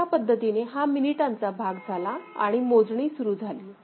अशा पद्धतीने हा मिनिटांचा भाग झाला आणि मोजणी सुरू झाली